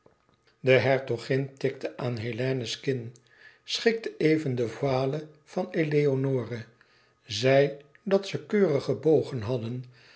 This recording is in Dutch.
de hertogin tikte aan hélène's kin schikte even de voile van eleonore zei dat ze keurig gebogen hadden